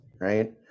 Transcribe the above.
right